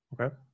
Okay